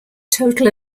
total